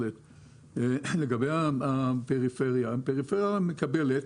לגבי הפריפריה הפריפריה מקבלת.